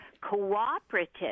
cooperative